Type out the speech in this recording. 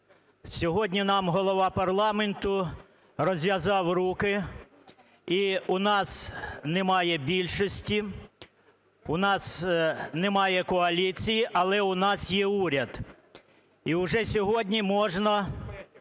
Сьогодні нам голова парламенту розв'язав руки, і у нас немає більшості, у нас немає коаліції, але у нас є уряд. І уже сьогодні можна